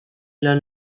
lan